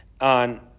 on